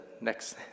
next